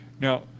Now